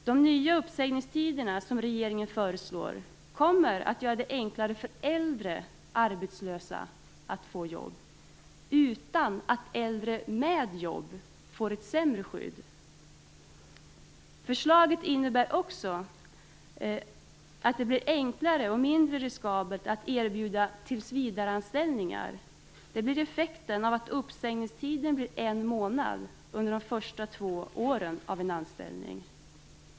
De nya uppsägningstider som regeringen föreslår kommer att göra det enklare för äldre arbetslösa att få jobb, utan att äldre med jobb får ett sämre skydd. Förslaget innebär också att det blir enklare och mindre riskabelt att erbjuda tillsvidareanställningar. Det blir effekten av att uppsägningstiden blir en månad under de första två åren av en anställning.